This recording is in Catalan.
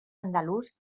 andalús